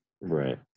Right